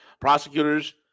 Prosecutors